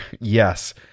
Yes